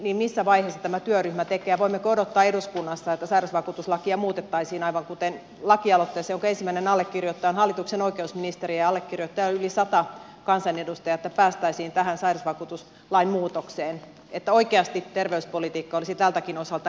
missä vaiheessa tämä työryhmä on ja voimmeko odottaa eduskunnassa että sairausvakuutuslakia muutettaisiin aivan kuten lakialoitteessa jonka ensimmäinen allekirjoittaja on hallituksen oikeusministeri ja allekirjoittajia on yli sata kansanedustajaa ja päästäisiin tähän sairausvakuutuslain muutokseen jotta oikeasti terveyspolitiikka olisi tältäkin osalta ennalta ehkäisevää